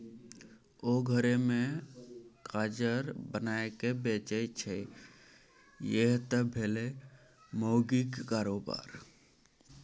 ओ घरे मे काजर बनाकए बेचय छै यैह त भेलै माउगीक कारोबार